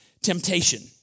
Temptation